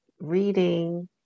reading